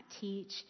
teach